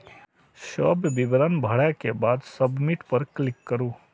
सब विवरण भरै के बाद सबमिट पर क्लिक करू